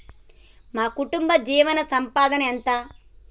మా కుటుంబ జీవన సంపాదన ఎంత?